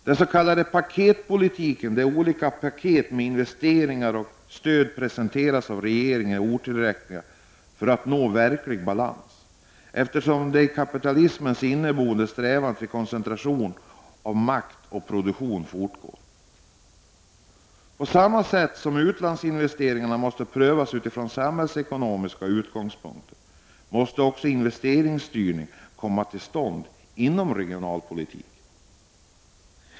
Den s.k. paketpolitiken, där olika paket med investeringar och stöd presenteras av regeringen, är otillräcklig för att nå verklig balans, eftersom den i kapitalismen inneboende strävan till koncentration av makt och produktion fortgår. På samma sätt som utlandsinvesteringarna måste prövas utifrån samhällsekonomiska utgångspunkter måste också investeringsstyrning komma till stånd inom regionalpolitiken.